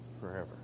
forever